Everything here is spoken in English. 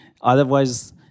Otherwise